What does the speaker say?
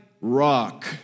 rock